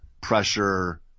pressure